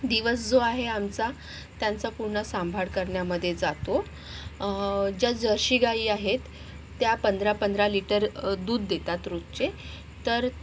दिवस जो आहे आमचा त्यांचा पूर्ण सांभाळ करण्यामधे जातो ज्या जर्सी गायी आहेत त्या पंधरा पंधरा लिटर दूध देतात रोजचे तर